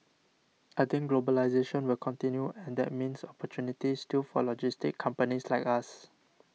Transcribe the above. I think globalisation will continue and that means opportunities still for logistics companies like us